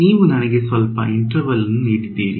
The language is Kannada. ನೀವು ನನಗೆ ಸ್ವಲ್ಪ ಇಂಟರ್ವಲ್ ಅನ್ನು ನೀಡಿದ್ದೀರಿ